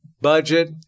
budget